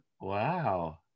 wow